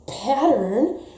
pattern